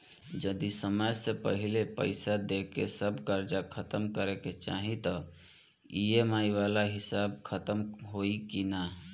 जदी समय से पहिले पईसा देके सब कर्जा खतम करे के चाही त ई.एम.आई वाला हिसाब खतम होइकी ना?